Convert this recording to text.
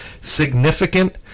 significant